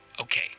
Okay